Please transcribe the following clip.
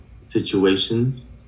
situations